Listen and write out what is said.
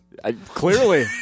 Clearly